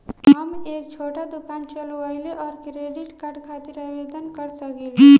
हम एक छोटा दुकान चलवइले और क्रेडिट कार्ड खातिर आवेदन कर सकिले?